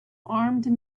armed